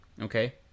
okay